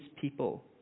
people